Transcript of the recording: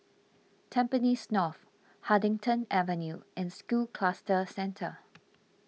Tampines North Huddington Avenue and School Cluster Centre